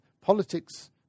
politics